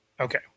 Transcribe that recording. Okay